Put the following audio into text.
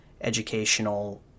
educational